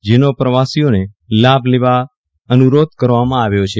જેનો પ્રવાસીઓને લાભ લેવા અનુરોધ કરવામાં આવ્યો છે